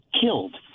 killed